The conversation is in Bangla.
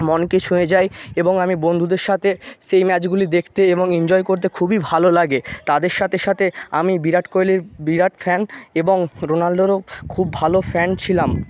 মনকে ছুঁয়ে যায় এবং আমি বন্ধুদের সাথে সেই ম্যাচগুলি দেখতে এবং এনজয় করতে খুবই ভালো লাগে তাদের সাথে সাথে আমি বিরাট কোহলির বিরাট ফ্যান এবং রোনাল্ডোরও খুব ভালো ফ্যান ছিলাম